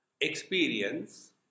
experience